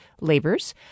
labors